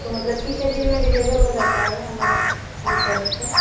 तो मतलब कितने दिन में डिलेवर हो जाता है हमारा जो प्रोडक्ट है